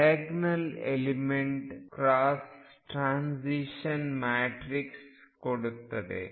diagonal ಎಲಿಮೆಂಟ್ಗಳು cross transition matrix ಕೊಡುತ್ತದೆ